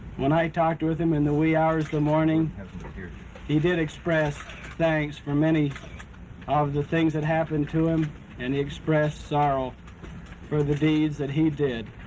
when i talked with him in the wee hours the morning he did express thanks for many of the things that happened to him and he expressed sorrow for the deeds that he did